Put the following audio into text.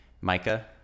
Micah